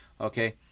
Okay